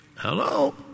Hello